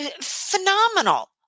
Phenomenal